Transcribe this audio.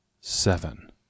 Seven